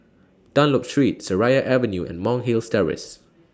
Dunlop Street Seraya Avenue and Monk's Hills Terrace